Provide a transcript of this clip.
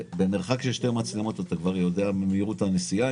במרחק של שתי מצלמות אתה כבר יודע מה מהירות הנסיעה,